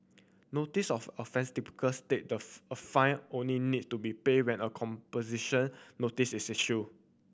notice of offence typical state that a fine only need to be paid when a composition notice is issue